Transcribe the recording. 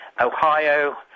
Ohio